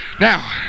now